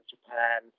Japan